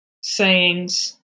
sayings